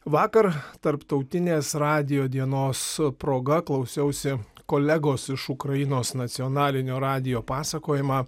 vakar tarptautinės radijo dienos proga klausiausi kolegos iš ukrainos nacionalinio radijo pasakojimą